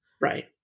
right